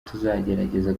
tuzagerageza